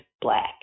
black